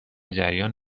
جریان